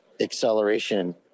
acceleration